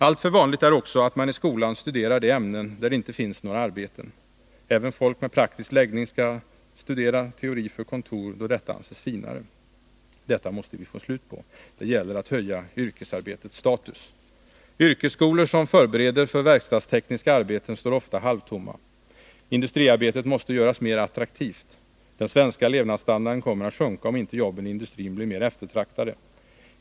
Alltför vanligt är också att man i skolan studerar de ämnen där det inte finns några arbeten. Även folk med praktisk läggning skall studera teori för kontor, då detta anses finare. Detta måste vi få slut på. Det gäller att höja yrkesarbetets status. Yrkesskolor som förbereder för verkstadstekniska arbeten står ofta halvtomma. Industriarbetet måste göras mer attraktivt. Den svenska levnadsstandarden kommer att sjunka om inte jobben i industrin blir mer eftertraktade.